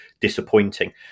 disappointing